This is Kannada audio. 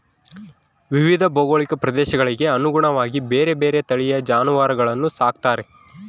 ವಿವಿಧ ಭೌಗೋಳಿಕ ಪ್ರದೇಶಗಳಿಗೆ ಅನುಗುಣವಾಗಿ ಬೇರೆ ಬೇರೆ ತಳಿಯ ಜಾನುವಾರುಗಳನ್ನು ಸಾಕ್ತಾರೆ